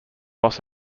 los